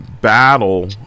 battle